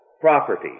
property